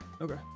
Okay